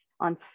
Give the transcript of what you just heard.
On